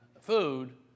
food